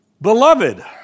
Beloved